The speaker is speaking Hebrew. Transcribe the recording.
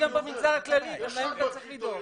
גם במגזר הכללי יש וגם להם צריך לדאוג.